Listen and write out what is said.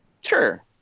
sure